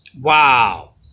Wow